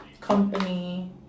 company